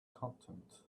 content